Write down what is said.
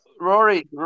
Rory